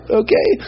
okay